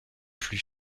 plus